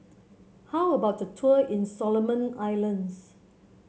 how about the tour in Solomon Islands